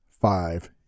five